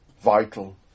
vital